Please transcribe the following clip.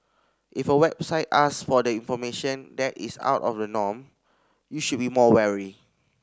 if a website ask for the information that is out of norm you should be more wary